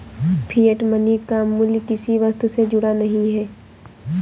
fiat money का मूल्य किसी वस्तु से जुड़ा नहीं है